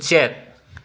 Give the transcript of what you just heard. ꯎꯆꯦꯛ